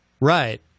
Right